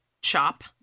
chop